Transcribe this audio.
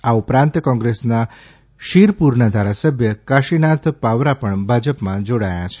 આ ઉપરાંત કોંગ્રેસના શિરપુરના ધારાસભ્ય કાશીનાથ પાવરા પર ભાજપમાં જોડાયા છે